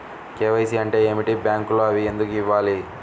KYC అంటే ఏమిటి? బ్యాంకులో అవి ఎందుకు ఇవ్వాలి?